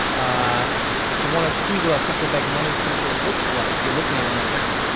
ah if you want to see what a central bank money printer looks like, you're looking at one right now,